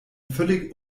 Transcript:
völlig